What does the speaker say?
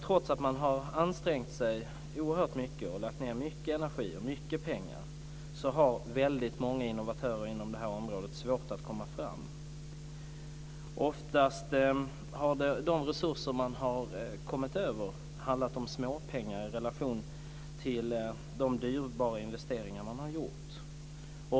Trots att man har ansträngt sig oerhört mycket, lagt ned mycket energi och pengar har väldigt många innovatörer inom det här området svart att komma fram. Ofta har resurserna handlat om småpengar i relation till de dyrbara investeringar som man har gjort.